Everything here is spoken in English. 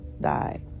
died